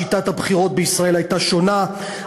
שיטת הבחירות בישראל הייתה שונה,